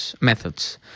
methods